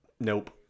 Nope